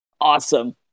awesome